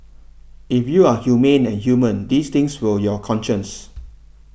if you are humane and human these things will your conscience